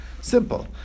Simple